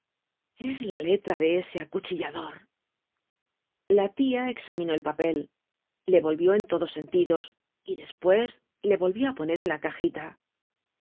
es la letra de ese acuchillador la tia examinó el papel le volvió en todos sentidos y despues le volvió á poner en la cajita